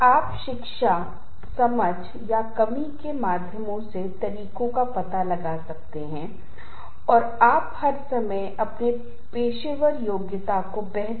एक शारीरिक लक्षण है जिसमें सिरदर्द रक्तचाप गैस्ट्रिक अस्थमा हृदय रोग और कोर्टिसोल स्राव शामिल हैं